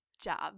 job